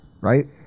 Right